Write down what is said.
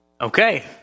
Okay